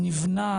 נבנה,